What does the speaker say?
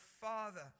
Father